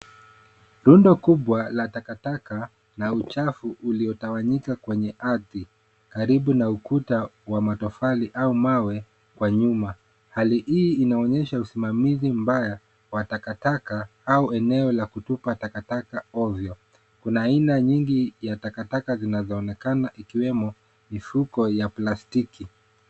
Rundo kubwa la takataka na uchafu uliyotawanyika kwenye ardhi karibu na ukuta wa matofali au mawe kwa nyuma. Hali hii inaonyesha usimamizi mbaya wa takataka au eneo la kutupa takataka ovyo. Kuna aina nyingi ya takataka zinazoonekana ikiwemo mifuko ya plastiki.